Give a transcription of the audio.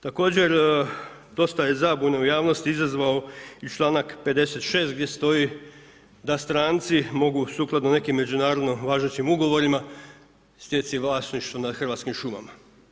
Također, dosta je zabune u javnosti izazvao i članak 56. gdje stoji da stranci mogu sukladno nekim međunarodno važećim ugovorima stjecati vlasništvo nad hrvatskim šumama.